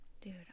dude